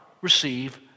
receive